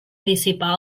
dissipar